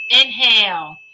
Inhale